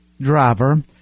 driver